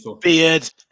beard